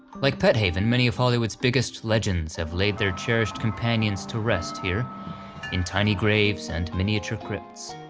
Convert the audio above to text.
like pet haven, many of hollywood's biggest legends have laid their cherished companions to rest here in tiny graves and miniature crypts.